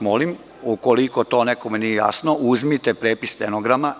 Molim vas, ukoliko to nekome nije jasno, uzmite prepis stenograma.